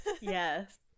Yes